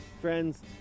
friends